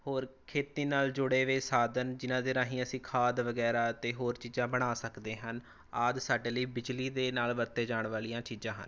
ਹੋਰ ਖੇਤੀ ਨਾਲ ਜੁੜੇ ਵੇ ਸਾਧਨ ਜਿਨ੍ਹਾਂ ਦੇ ਰਾਹੀਂ ਅਸੀਂ ਖਾਦ ਵਗੈਰਾ ਅਤੇ ਹੋਰ ਚੀਜ਼ਾਂ ਬਣਾ ਸਕਦੇ ਹਨ ਆਦਿ ਸਾਡੇ ਲਈ ਬਿਜਲੀ ਦੇ ਨਾਲ ਵਰਤੇ ਜਾਣ ਵਾਲੀਆਂ ਚੀਜ਼ਾਂ ਹਨ